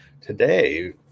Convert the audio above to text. today